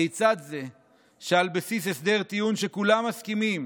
כיצד זה שעל בסיס הסדר טיעון שכולם מסכימים